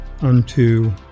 unto